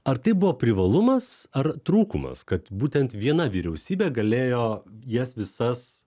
ar tai buvo privalumas ar trūkumas kad būtent viena vyriausybė galėjo jas visas